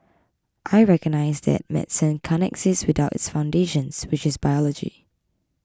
I recognise that medicine can't exist without its foundations which is biology